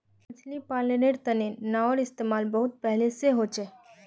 मछली पालानेर तने नाओर इस्तेमाल बहुत पहले से होचे